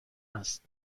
است